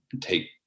take